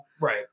Right